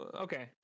Okay